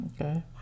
Okay